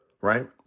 right